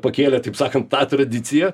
pakėlė taip sakant tą tradiciją